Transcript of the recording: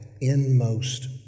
inmost